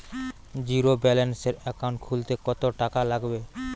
জিরোব্যেলেন্সের একাউন্ট খুলতে কত টাকা লাগবে?